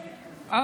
אום לואי אבו רג'ב,